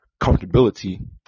comfortability